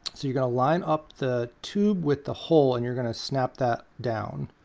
you're going to line up the tube with the hole and you're going to snap that down.